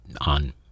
on